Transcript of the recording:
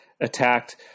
attacked